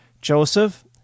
Joseph